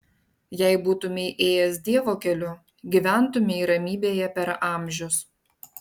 jei būtumei ėjęs dievo keliu gyventumei ramybėje per amžius